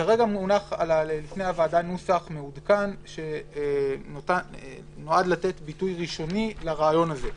כרגע מונח לפני הוועדה נוסח מעודכן שנועד לתת ביטוי ראשוני לרעיון הזה,